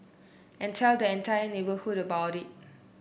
and tell the entire neighbourhood about it